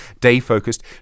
day-focused